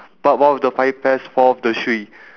but one of the five pears fall off the tree